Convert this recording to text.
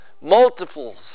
multiples